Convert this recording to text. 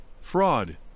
fraud